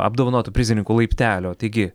apdovanotų prizininkų laiptelio taigi